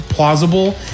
Plausible